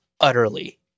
utterly